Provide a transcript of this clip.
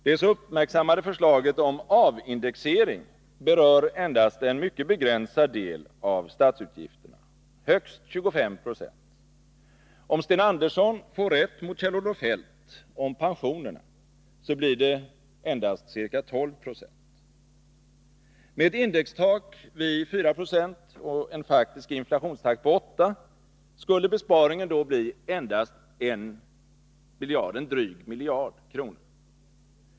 Det så uppmärksammade förslaget om avindexering berör endast en mycket begränsad del av statsutgifterna — högst 25 20. Om Sten Andersson får rätt mot Kjell-Olof Feldt om pensionerna, blir det endast ca 12 70. Med ett indextak vid 4 70 och en faktisk inflationstakt på 8 26 skulle besparingen då bli endast en dryg miljard.